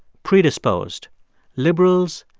predisposed liberals,